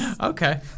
Okay